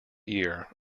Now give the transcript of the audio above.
year